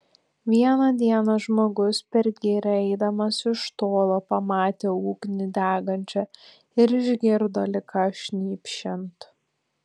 vieną dieną žmogus per girią eidamas iš tolo pamatė ugnį degančią ir išgirdo lyg ką šnypščiant